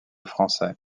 français